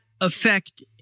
affect